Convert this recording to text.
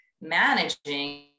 managing